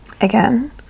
again